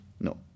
No